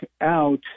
out